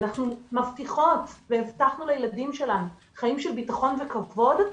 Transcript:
ואנחנו מבטיחות והבטחנו לילדים שלנו חיים של ביטחון וכבוד,